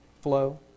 flow